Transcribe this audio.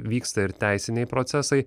vyksta ir teisiniai procesai